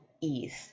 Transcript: ease